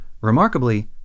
Remarkably